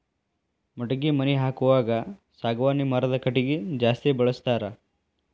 ಮಡಗಿ ಮನಿ ಹಾಕುವಾಗ ಸಾಗವಾನಿ ಮರದ ಕಟಗಿ ಜಾಸ್ತಿ ಬಳಸ್ತಾರ